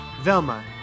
Velma